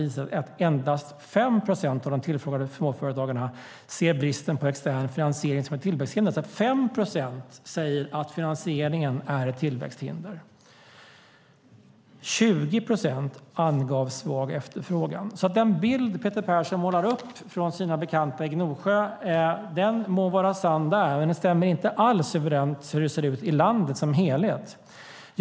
Alltså säger bara 5 procent att finansieringen är ett tillväxthinder. Den bild som Peter Persson målar upp från sina bekanta i Gnosjö må vara sann där, men den stämmer inte alls överens med hur det ser ut i landet som helhet.